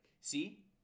See